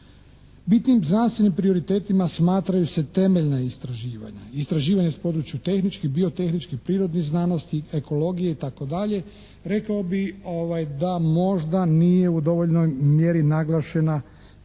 Bitnim znanstvenim prioritetima smatraju se temeljna istraživanja. Istraživanja s područja tehničkih, biotehničkih, prirodnih znanosti, ekologije, itd. Rekao bih da možda nije u dovoljnoj mjeri naglašena primijenjena